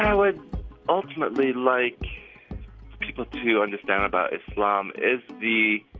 would ultimately like people to understand about islam is the